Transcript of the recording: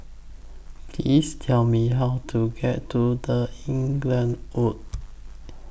Please Tell Me How to get to The Inglewood